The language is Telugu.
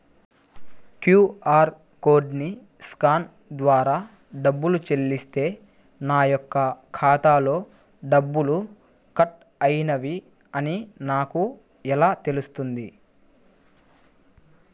క్యూ.అర్ కోడ్ని స్కాన్ ద్వారా డబ్బులు చెల్లిస్తే నా యొక్క ఖాతాలో డబ్బులు కట్ అయినవి అని నాకు ఎలా తెలుస్తుంది?